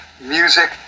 music